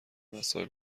مسائل